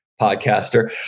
podcaster